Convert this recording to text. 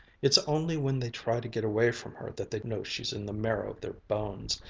it's only when they try to get away from her that they know she's in the marrow of their bones.